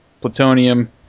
plutonium